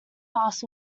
plus